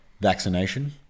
Vaccination